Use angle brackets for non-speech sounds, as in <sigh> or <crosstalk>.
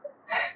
<breath>